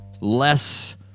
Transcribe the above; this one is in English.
less